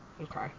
Okay